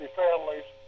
families